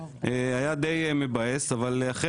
היה די מבאס אבל אחרי